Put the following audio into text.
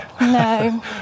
No